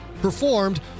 performed